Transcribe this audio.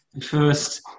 first